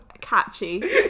catchy